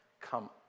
come